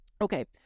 Okay